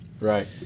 Right